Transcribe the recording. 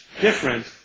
Different